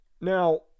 Now